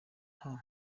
nta